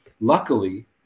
luckily